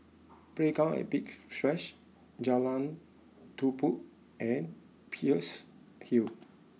playground at Big Splash Jalan Tumpu and Peirce Hill